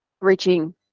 reaching